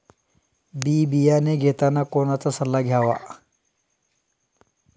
बी बियाणे घेताना कोणाचा सल्ला घ्यावा?